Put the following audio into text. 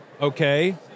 Okay